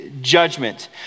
judgment